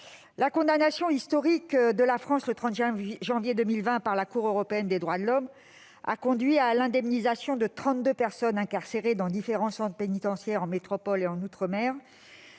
La condamnation historique de la France, le 30 janvier 2020, par la Cour européenne des droits de l'homme a conduit à l'indemnisation de trente-deux personnes incarcérées dans différents centres pénitentiaires, en métropole et outre-mer,